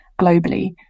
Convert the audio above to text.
globally